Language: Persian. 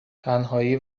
تنهایی